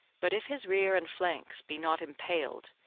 but if his rear and flanks be not impaled,